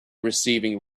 receiving